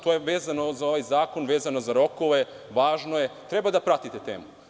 To je vezano za ovaj zakon, vezano za rokove, važno je treba da pratite temu.